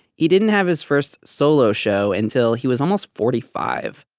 he didn't have his first solo show until he was almost forty five.